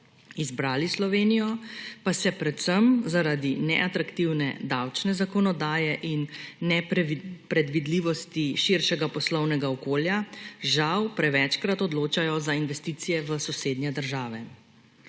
izbrali Slovenijo, pa se predvsem zaradi neatraktivne davčne zakonodaje in nepredvidljivosti širšega poslovnega okolja žal prevečkrat odločajo za investicije v sosednje države.